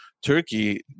Turkey